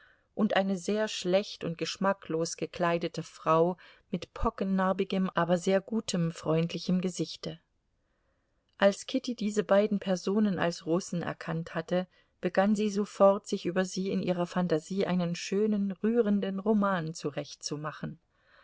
und eine sehr schlecht und geschmacklos gekleidete frau mit pockennarbigem aber sehr gutem freundlichem gesichte als kitty diese beiden personen als russen erkannt hatte begann sie sofort sich über sie in ihrer phantasie einen schönen rührenden roman zurechtzumachen